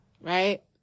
right